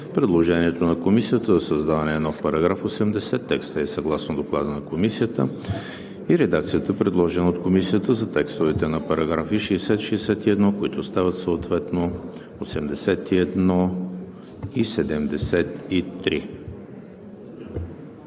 предложението на Комисията за създаване на нов § 80, съгласно Доклада на Комисията; и редакцията, предложена от Комисията за текстовете на параграфи 60 и 61, които стават съответно